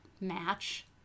Match